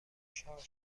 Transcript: شارژ